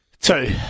Two